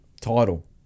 title